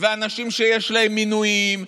אנשים שיש להם מינויים,